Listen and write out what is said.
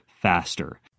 faster